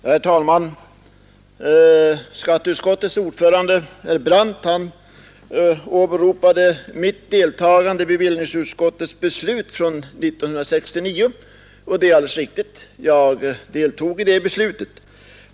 Herr talman! Skatteutskottets ordförande herr Brandt åberopade mitt deltagande i bevillningsutskottets beslut år 1969. Det är alldeles riktigt att jag deltog i det beslutet.